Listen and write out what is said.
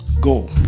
go